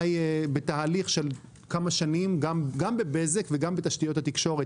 בתהליך של כמה שנים גם בבזק וגם בתשתיות התקשורת